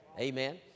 amen